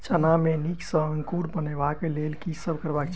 चना मे नीक सँ अंकुर अनेबाक लेल की सब करबाक चाहि?